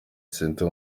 center